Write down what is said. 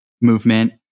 movement